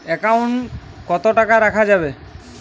Account কত টাকা রাখা যাবে?